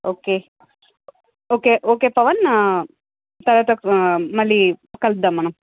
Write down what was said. okay okay okay Pavan తరువాత మళ్ళీ కలుద్దాం మనం